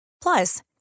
Plus